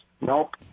Nope